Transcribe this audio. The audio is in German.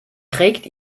trägt